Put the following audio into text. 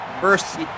first